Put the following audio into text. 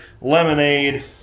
Lemonade